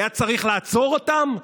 היה צריך לעצור אותם?